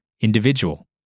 individual